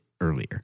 earlier